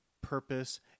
purpose